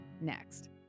next